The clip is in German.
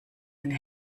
eine